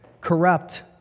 Corrupt